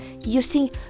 using